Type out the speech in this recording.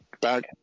back